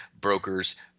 brokers